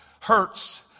hurts